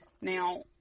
Now